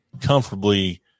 comfortably